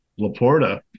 Laporta